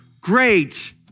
great